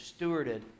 Stewarded